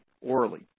orally